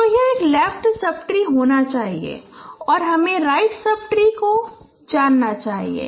तो यह एक लेफ्ट सब ट्री होना चाहिए और हमें राइट सब ट्री को जानना चाहिए